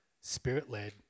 spirit-led